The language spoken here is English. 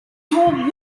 told